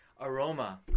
aroma